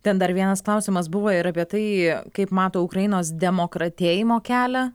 ten dar vienas klausimas buvo ir apie tai kaip mato ukrainos demokratėjimo kelią